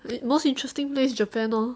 the most interesting place japan lor